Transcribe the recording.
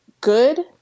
good